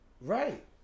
right